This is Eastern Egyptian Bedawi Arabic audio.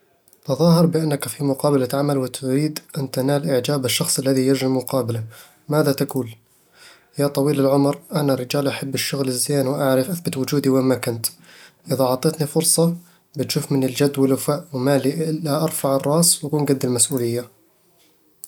تظاهر بأنك في مقابلة عمل وتريد أن تنال إعجاب الشخص الذي يجري المقابلة. ماذا تقول؟ يا طويل العمر، أنا رجال أحب الشغل الزين وأعرف أثبت وجودي وين ما كنت إذا عطيتني فرصة، بتشوف مني الجدّ والوفاء، ومالي إلا أرفع الراس وأكون قدّ المسؤولية